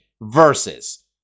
Versus